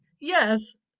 yes